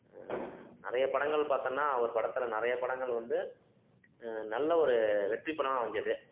நிறைய படங்கள் பார்த்தோன்னா அவர் படத்தில் நிறைய படங்கள் வந்து நல்ல ஒரு வெற்றி படம் அமைஞ்சிது